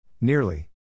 Nearly